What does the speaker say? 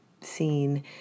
seen